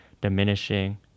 diminishing